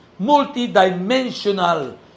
multidimensional